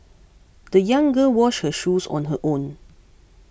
the young girl washed her shoes on her own